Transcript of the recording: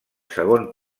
segon